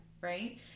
right